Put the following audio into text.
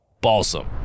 Balsam